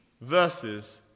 verses